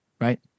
right